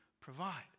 provide